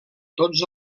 tots